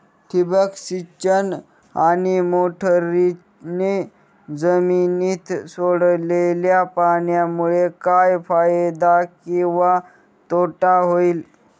ठिबक सिंचन आणि मोटरीने जमिनीत सोडलेल्या पाण्यामुळे काय फायदा किंवा तोटा होईल?